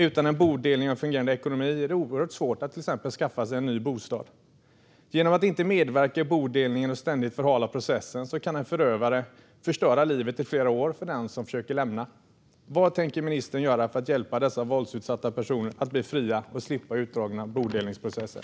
Utan en bodelning och fungerande ekonomi är det oerhört svårt att till exempel skaffa en ny bostad. Genom att inte medverka i bodelningen och ständigt förhala processen kan en förövare i flera år förstöra livet för den som försöker lämna förövaren. Vad tänker ministern göra för att hjälpa dessa våldsutsatta personer att bli fria och slippa utdragna bodelningsprocesser?